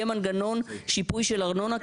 יהיה מנגנון שיפוי של ארנונה,